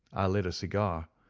i lit a cigar,